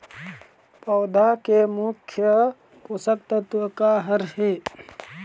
पौधा के मुख्य पोषकतत्व का हर हे?